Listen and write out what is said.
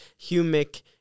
humic